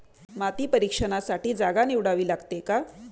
माती परीक्षणासाठी जागा निवडावी लागते का?